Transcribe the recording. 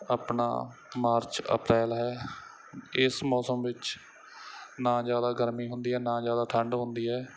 ਆਪਣਾ ਮਾਰਚ ਅਪ੍ਰੈਲ ਹੈ ਇਸ ਮੌਸਮ ਵਿੱਚ ਨਾ ਜ਼ਿਆਦਾ ਗਰਮੀ ਹੁੰਦੀ ਹੈ ਨਾ ਜ਼ਿਆਦਾ ਠੰਡ ਹੁੰਦੀ ਹੈ